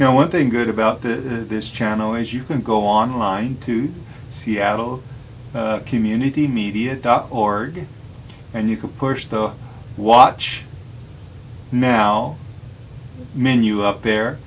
you know one thing good about the this channel is you can go online to seattle community media dot org and you can push the watch now menu up there